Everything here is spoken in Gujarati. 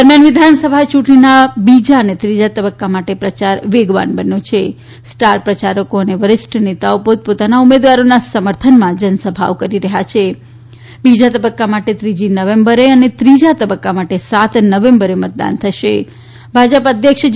દરમ્યાન વિધાનસભા યૂંટણીના બીજા અને ત્રીજા તબક્કા માટે પ્રયાર અભિયાન વેગવાન બન્યું છે સ્ટાર પ્રચારકી અ વરિષ્ઠ નેતાઓ પોતપોતાના ઉમેદવારોના સમર્થનમાં જનસભાઓ કરી રહ્યા છે બીજા તબક્કામાં ત્રીજી નવેંબર અને ત્રીજા તબક્કા માટે સાત નવેંબરે મતદાન થશે ભાજપ અધ્યક્ષ જે